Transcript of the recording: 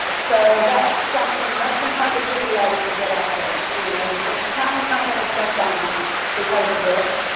so that's something, that's some positivity i wanna get out there, you know, the town's not gonna shut down because of this.